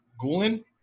Gulen